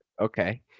Okay